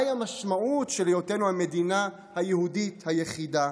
מהי המשמעות של היותנו המדינה היהודית היחידה?